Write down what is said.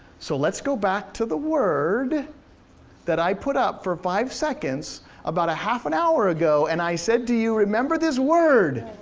so let's go back to the word that i put up for five seconds about a half an hour ago and i said to you remember this word.